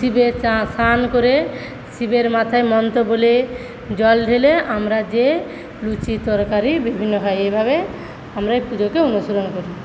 শিবের স্নান করে শিবের মাথায় মন্ত্র বলে জল ঢেলে আমরা যেয়ে লুচি তরকারি বিভিন্ন হয় এইভাবে আমরা এই পুজোকে অনুসরণ করি